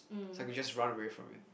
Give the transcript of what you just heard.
so I could just run away from it